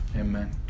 Amen